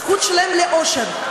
הזכות שלהם לאושר?